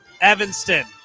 Evanston